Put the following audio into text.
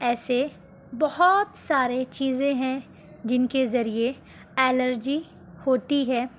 ایسے بہت سارے چیزیں ہیں جن کے ذریعے ایلرجی ہوتی ہے